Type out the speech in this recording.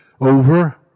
over